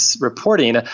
reporting